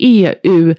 eu